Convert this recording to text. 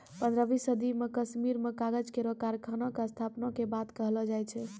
पन्द्रहवीं सदी म कश्मीर में कागज केरो कारखाना क स्थापना के बात कहलो जाय छै